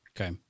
Okay